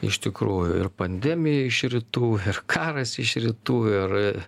iš tikrųjų ir pandemija iš rytų ir karas iš rytų ir